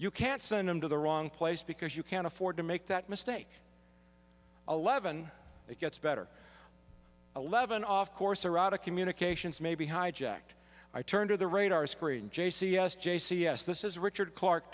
you can't send him to the wrong place because you can't afford to make that mistake eleven it gets better eleven off course or out of communications maybe hijacked i turn to the radar screen j c s j c yes this is richard clark